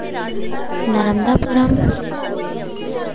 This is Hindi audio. नरमदापुरम